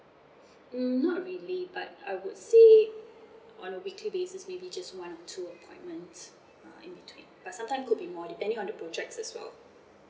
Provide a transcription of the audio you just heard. mm not really but I would say on a weekly basis maybe just one or two appointment uh in between but sometime could be more depending on the projects as well